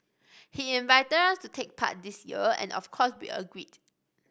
he invited us to take part this year and of course we agreed